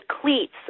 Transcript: cleats